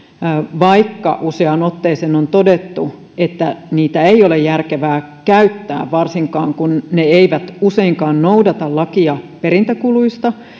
vaikka useaan otteeseen on todettu että niitä ei ole järkevää käyttää varsinkaan kun ne eivät useinkaan noudata lakia perintäkuluista